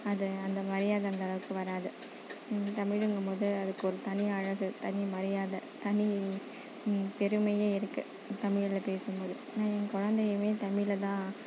அது அந்த மரியாதை அந்தளவுக்கு வராது தமிழுங்கும் போது அதுக்கு ஒரு தனி அழகு தனி மரியாதை தனி பெருமையே இருக்குது தமிழில் பேசும்போது நான் என் குழந்தையுமே தமிழில் தான்